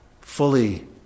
fully